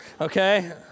Okay